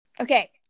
okay